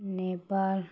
Nepal